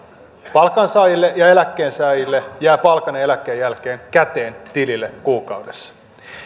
palkansaajille ja eläkkeensaajille jää palkan ja eläkkeen jälkeen käteen tilille kuukaudessa